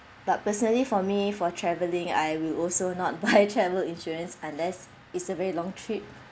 but personally for me for traveling I will also not buy travel insurance unless is a very long trip